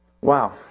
wow